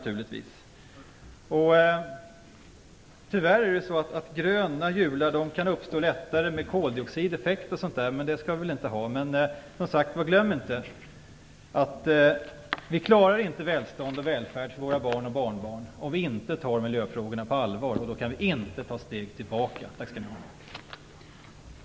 Tyvärr kan gröna jular uppstå lättare med koldioxideffekt och sådant, men glöm inte att vi inte klarar välstånd och välfärd för våra barn och barnbarn om vi inte tar miljöfrågorna på allvar. Vi kan inte ta några steg tillbaka.